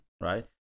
right